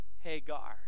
Hagar